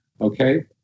Okay